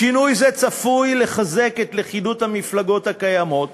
"שינוי זה צפוי לחזק את לכידות המפלגות הקיימות,